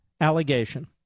allegation